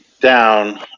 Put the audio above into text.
down